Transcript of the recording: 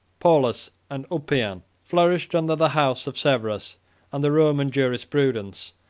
paulus, and ulpian, flourished under the house of severus and the roman jurisprudence,